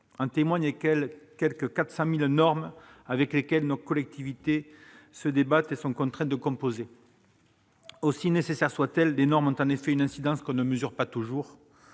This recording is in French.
En témoignent les quelque 400 000 normes, avec lesquelles nos collectivités se débattent et sont contraintes de composer. Aussi nécessaires soient-elles, les normes ont en effet une incidence qu'on ne mesure pas toujours